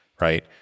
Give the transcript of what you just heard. right